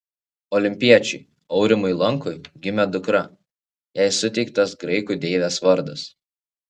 olimpiečiui aurimui lankui gimė dukra jai suteiktas graikų deivės vardas